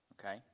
okay